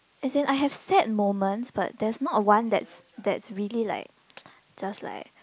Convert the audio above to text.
as in I have sad moments but there's not one that's that's really like just like